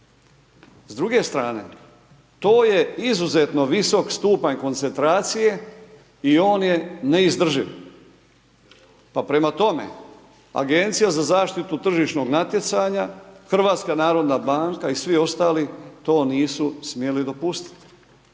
S druge strane, to je izuzetno visok stupanj koncentracije i on je neizdrživ. Pa prema tome, Agencija za zaštitu tržišnog natjecanja, HNB i svi ostali to nisu smjeli dopustiti.